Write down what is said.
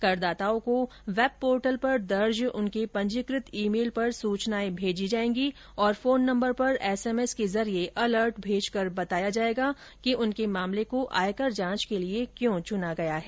करदाताओं को web portal पर दर्ज उनके पंजीकृत ई मेल पर सूचनाएं भेजी जाएंगी और फोन नम्बर पर एसएमएस के जरिए अलर्ट भेजकर बताया जाएगा कि उनके मामले को आयकर जांच के लिए क्यों चुना गया है